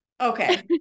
okay